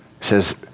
Says